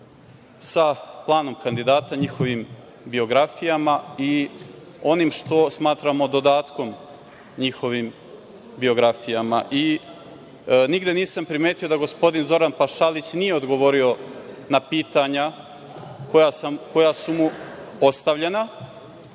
sa planom kandidata, njihovim biografijama i onim što smatramo dodatkom njihovim biografijama. Nigde nisam primetio da gospodin Zoran Pašalić nije odgovorio na pitanja koja su mu postavljene,